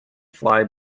fly